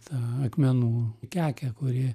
tą akmenų kekę kuri